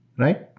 right?